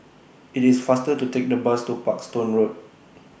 IT IS faster to Take The Bus to Parkstone Road